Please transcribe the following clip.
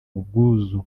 ubwuzu